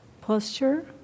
posture